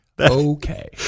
Okay